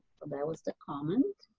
that was the comment.